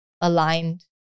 aligned